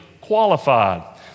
qualified